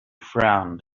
frowned